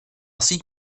síť